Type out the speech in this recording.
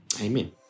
Amen